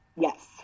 Yes